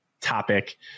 topic